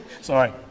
Sorry